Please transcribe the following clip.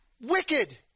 Wicked